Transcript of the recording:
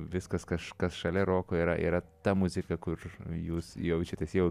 viskas kaž kas šalia roko yra yra ta muzika kur jūs jaučiatės jaukiai